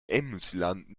emsland